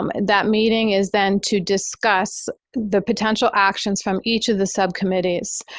um that meeting is then to discuss the potential actions from each of the subcommittees.